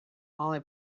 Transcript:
molly